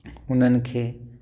उन्हनि खे